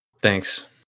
Thanks